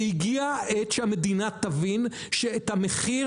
והגיעה העת שהמדינה תבין שהמחיר,